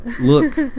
Look